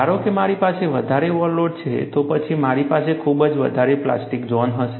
ધારો કે મારી પાસે વધારે ઓવરલોડ છે તો પછી મારી પાસે ખૂબ વધારે પ્લાસ્ટિક ઝોન હશે